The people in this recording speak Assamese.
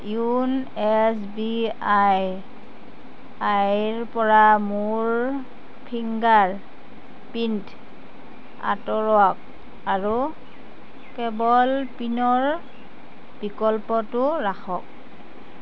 য়োন এছ বি আই আইৰ পৰা মোৰ ফিংগাৰ প্ৰিন্ট আঁতৰোৱাক আৰু কেৱল পিনৰ বিকল্পটো ৰাখক